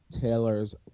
taylor's